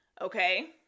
Okay